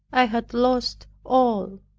i had lost all.